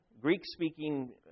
Greek-speaking